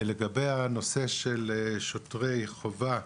לגבי הנושא של שוטרי חובה,